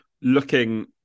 Looking